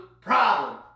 problem